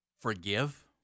forgive